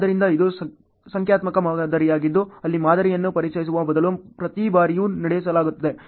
ಆದ್ದರಿಂದ ಇದು ಸಂಖ್ಯಾತ್ಮಕ ಮಾದರಿಯಾಗಿದ್ದು ಅಲ್ಲಿ ಮಾದರಿಗಳನ್ನು ಪರಿಹರಿಸುವ ಬದಲು ಪ್ರತಿ ಬಾರಿಯೂ ನಡೆಸಲಾಗುತ್ತದೆ